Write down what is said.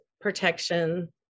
protection